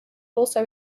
also